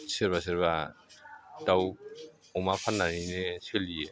सोरबा सोरबा दाउ अमा फाननानैनो सोलियो